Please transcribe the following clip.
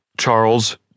Charles